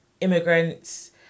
immigrants